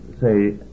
say